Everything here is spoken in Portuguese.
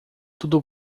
tudo